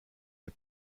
les